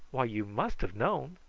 why, you must have known.